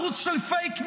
ערוץ של פייק-ניוז,